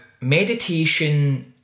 meditation